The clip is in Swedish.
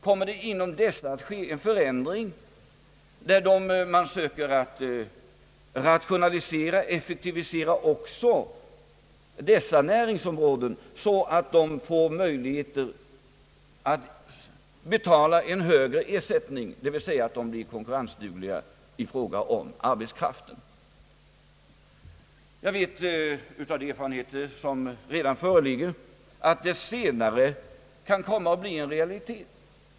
Kommer inom dessa att ske en förändring så att de näringsområden man söker rationalisera och effektivisera får möjlighet att betala en högre ersättning, d. v. s. blir konkurrensdugliga i fråga om arbetskraften? Jag vet av de erfarenheter som redan föreligger att det senare kan komma att bli en realitet.